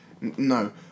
No